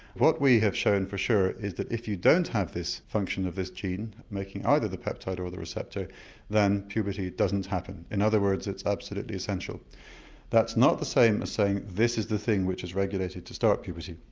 what we have shown for sure is that if you don't have this function of this gene making either the peptide or the receptor then puberty doesn't happen. in other words it's absolutely essential that's not the same as saying this is the thing which is regulated to start puberty.